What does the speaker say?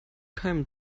keimen